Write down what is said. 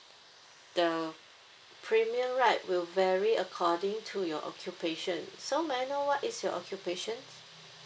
the premium right will vary according to your occupation so may I know what is your occupation